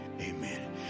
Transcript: Amen